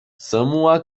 semua